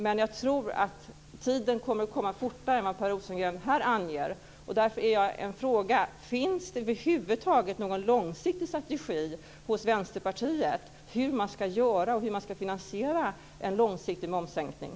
Men den tiden kommer att komma fortare än vad Per Rosengren här anger. Jag har därför en fråga. Finns det över huvud taget en långsiktigt strategi hos Vänsterpartiet för hur man ska göra och hur man ska finansiera en långsiktig momssänkning?